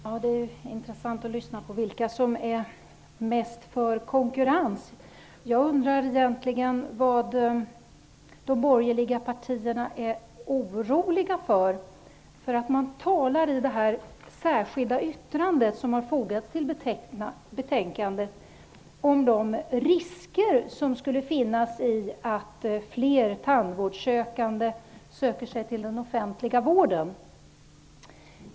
Herr talman! Det är intressant att höra vilka som är mest för konkurrens. Jag undrar vad de borgerliga partierna egentligen är oroliga för. I det särskilda yttrande som har fogats till betänkandet talas om de risker som skulle ligga i att fler tandvårdssökande sökte sig till den offentliga vården.